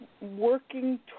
working